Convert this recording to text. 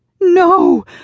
No